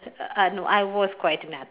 uh no I was quite an ath~